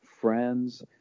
friends